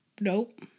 Nope